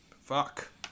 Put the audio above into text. Fuck